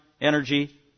energy